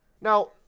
now